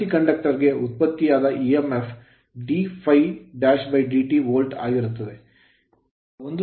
ಪ್ರತಿ ಕಂಡಕ್ಟರ್ ಗೆ ಉತ್ಪತ್ತಿಯಾದ EMF ಇಎಂಎಫ್ d∅'dt ವೋಲ್ಟ್ ಆಗಿರುತ್ತದೆ